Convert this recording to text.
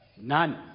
None